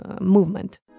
movement